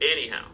Anyhow